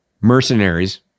Mercenaries